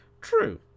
True